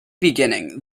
beginning